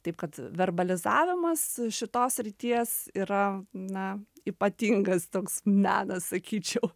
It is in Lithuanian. taip kad verbalizavimas šitos srities yra na ypatingas toks menas sakyčiau